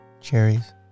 cherries